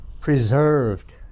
preserved